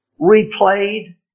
replayed